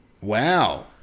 Wow